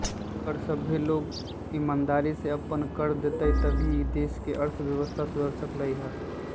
अगर सभ्भे लोग ईमानदारी से अप्पन कर देतई तभीए ई देश के अर्थव्यवस्था सुधर सकलई ह